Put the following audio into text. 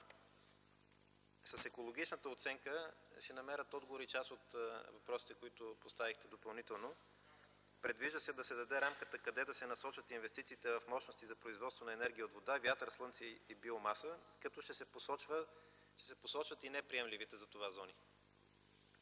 С екологичната оценка ще намерят отговори и част от въпросите, които поставихте допълнително. Предвижда се да се даде рамката къде да се насочат инвестициите в мощностите за производство на енергия от вода, вятър, слънце и биомаса, като се посочат и неприемливите за това зони.